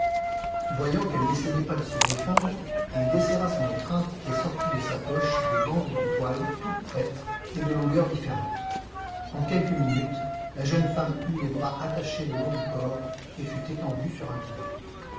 voyant qu'elle n'essayait pas de se défendre il desserra son étreinte et sortit de sa poche des bandes de toile toutes prêtes et de longueurs différentes en quelques minutes la jeune femme eut les poignets liés les bras attachés le long du corps et fut étendue sur un divan